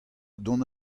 dont